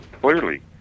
Clearly